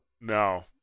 No